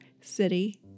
city